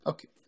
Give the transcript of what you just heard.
Okay